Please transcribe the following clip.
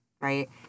Right